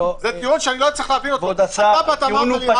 אתה באת ואמרת לי: